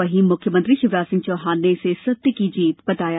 वहीं मुख्यमंत्री शिवराज सिंह चौहान ने इसे सत्य की जीत बताया